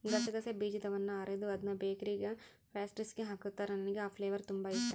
ಗಸಗಸೆ ಬೀಜದವನ್ನ ಅರೆದು ಅದ್ನ ಬೇಕರಿಗ ಪ್ಯಾಸ್ಟ್ರಿಸ್ಗೆ ಹಾಕುತ್ತಾರ, ನನಗೆ ಆ ಫ್ಲೇವರ್ ತುಂಬಾ ಇಷ್ಟಾ